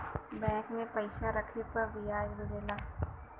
bank में पइसा रखे पर बियाज मिलला